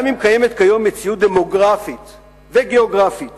גם אם קיימת כיום מציאות דמוגרפית וגיאוגרפית